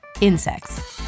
insects